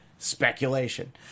speculation